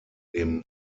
dem